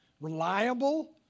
reliable